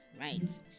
right